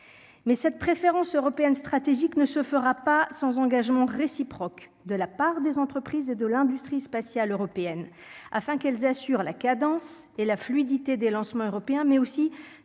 mais cette préférence européenne stratégique ne se fera pas sans engagement réciproque de la part des entreprises et de l'industrie spatiale européenne afin qu'elles assurent la cadence et la fluidité des lancements européens mais aussi